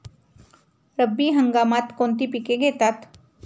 रब्बी हंगामात कोणती पिके घेतात?